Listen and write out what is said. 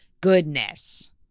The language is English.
goodness